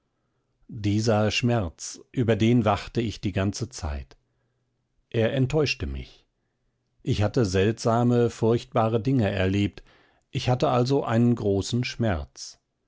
dieser schmerz über den wachte ich die ganze zeit er enttäuschte mich ich hatte seltsame furchtbare dinge erlebt ich hatte also einen großen schmerz